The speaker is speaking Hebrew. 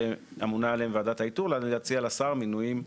שאמונה עליהם ועדת האיתור, להציע לשר מנויים.